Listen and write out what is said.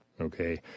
okay